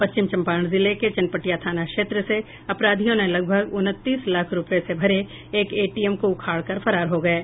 पश्चिम चंपारण जिले के चनपटिया थाना क्षेत्र से अपराधियों ने लगभग उनतीस लाख रूपये से भरे एक एटीएम को उखाड़ कर फरार हो गये